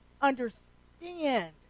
understand